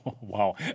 Wow